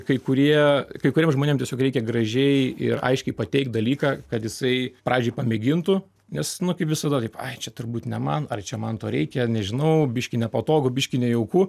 kai kurie kai kuriem žmonėm tiesiog reikia gražiai ir aiškiai pateikt dalyką kad jisai pradžiai pamėgintų nes nu kaip visada taip ai čiaturbūt ne man ar čia man to reikia nežinau biškį nepatogu biškį nejauku